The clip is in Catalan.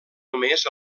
només